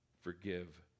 forgive